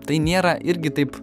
tai nėra irgi taip